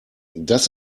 das